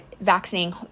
Vaccinating